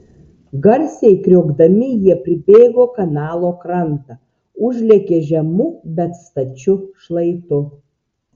garsiai kriokdami jie pribėgo kanalo krantą užlėkė žemu bet stačiu šlaitu